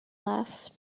left